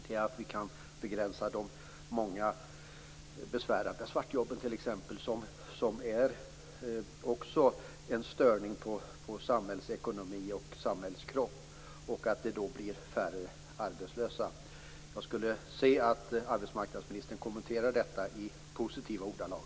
Vi kan t.ex. begränsa de många och besvärande svartjobben, vilka också är en störning på samhällsekonomi och samhällskropp, och det skulle också bli färre arbetslösa. Jag skulle gärna se att arbetsmarknadsministern kommenterade detta i positiva ordalag.